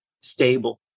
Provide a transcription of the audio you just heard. stable